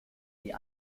the